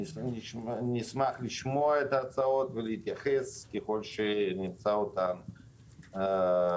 נשמח לשמוע את ההצעות ולהתייחס ככל שנמצא אותן הגיוניות.